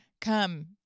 come